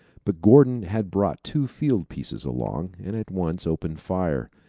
but gordon had brought two field pieces along, and at once opened fire.